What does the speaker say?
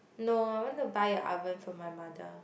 no I want to buy a oven for my mother